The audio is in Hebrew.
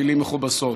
מילים מכובסות.